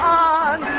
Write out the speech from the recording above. on